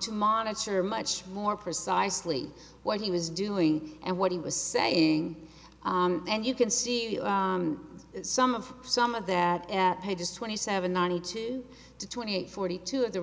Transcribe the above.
to monitor much more precisely what he was doing and what he was saying and you can see some of some of that at pages twenty seven ninety two to twenty eight forty two of the